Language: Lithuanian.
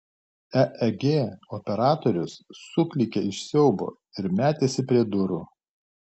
eeg operatorius suklykė iš siaubo ir metėsi prie durų